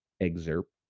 excerpt